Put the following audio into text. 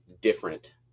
different